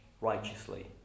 righteously